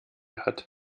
hat